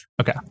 Okay